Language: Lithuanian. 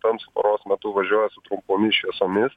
tamsiu paros metu važiuoja su trumpomis šviesomis